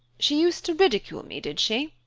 she used to ridicule me, did she?